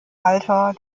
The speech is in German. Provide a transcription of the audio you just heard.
alter